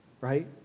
right